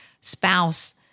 spouse